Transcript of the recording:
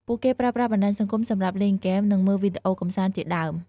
ពួកគេប្រើប្រាស់បណ្ដាញសង្គមសម្រាប់លេងហ្គេម និងមើលវីដេអូកម្សាន្តជាដើម។